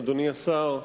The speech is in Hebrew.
אדוני השר,